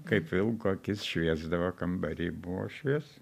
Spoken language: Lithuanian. kaip vilko akis šviesdavo kambary buvo šviesa